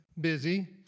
busy